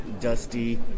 dusty